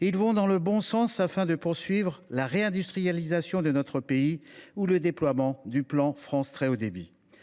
Ils vont dans le bon sens en poursuivant la réindustrialisation de notre pays ainsi que le déploiement du plan France Très Haut Débit.